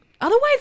Otherwise